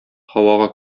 һавага